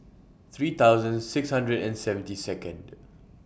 three thousand six hundred and seventy Second